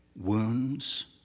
wounds